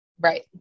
Right